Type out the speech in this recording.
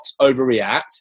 overreact